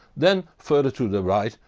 then, further to the right,